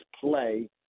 play